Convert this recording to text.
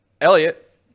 Elliot